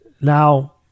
Now